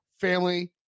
family